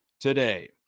today